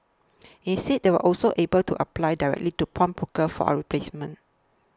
instead they also able to apply directly into pawnbrokers for a replacement